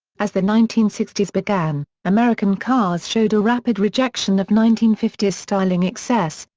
as the nineteen sixty s began, american cars showed a rapid rejection of nineteen fifty s styling excess,